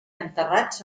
enterrats